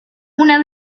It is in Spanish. una